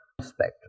spectrum